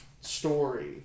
story